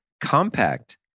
compact